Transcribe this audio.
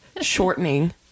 shortening